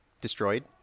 destroyed